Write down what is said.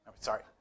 Sorry